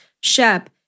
Shep